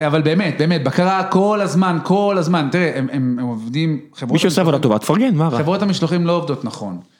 אבל באמת, באמת, בקרה כל הזמן, כל הזמן, תראה, הם עובדים, מי שעושה עבודה טובה תפרגן, מה רע. חברות המשלוחים לא עובדות נכון.